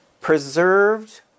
preserved